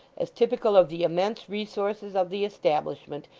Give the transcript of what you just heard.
as typical of the immense resources of the establishment,